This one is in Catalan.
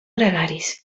gregaris